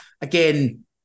again